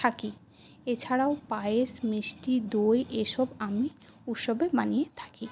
থাকি এছাড়াও পায়েস মিষ্টি দই এসব আমি উৎসবে বানিয়ে থাকি